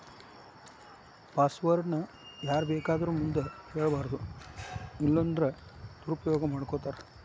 password ನ ಯಾರ್ಬೇಕಾದೊರ್ ಮುಂದ ಹೆಳ್ಬಾರದು ಇಲ್ಲನ್ದ್ರ ದುರುಪಯೊಗ ಮಾಡ್ಕೊತಾರ